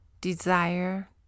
Desire